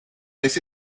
this